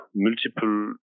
multiple